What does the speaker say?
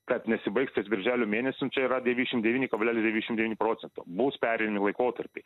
kad nesibaigs ties birželio mėnesim čia yra devyndešim devyni kablelis devyndešim devyni procento bus pereini laikotarpiai